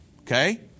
okay